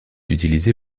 utilisé